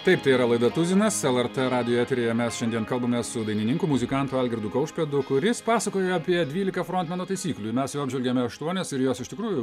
taip tai yra laida tuzinas lrt radijo eteryje mes šiandien kalbame su dainininku muzikantu algirdu kaušpėdu kuris pasakoja apie dvylika frontmeno taisyklių ir mes jau apžvelgėme aštuonias ir jos iš tikrųjų